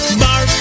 bar